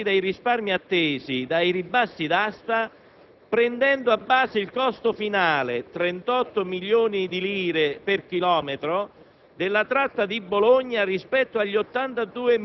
L'idea che gli indennizzi sarebbero compensati dai risparmi attesi dai ribassi d'asta, prendendo a base il costo finale (38 milioni di euro per chilometro)